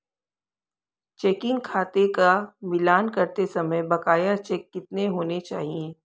Checking खाते का मिलान करते समय बकाया चेक कितने होने चाहिए?